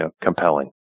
compelling